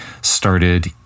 started